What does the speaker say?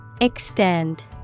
Extend